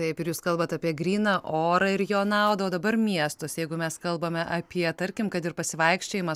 taip ir jūs kalbat apie gryną orą ir jo naudą o dabar miestus jeigu mes kalbame apie tarkim kad ir pasivaikščiojimą